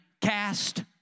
cast